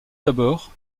d’abord